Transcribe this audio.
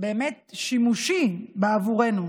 שימושי בעבורנו,